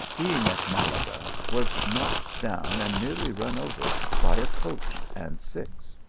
being at malaga, was knocked down and nearly run over by a coach and six.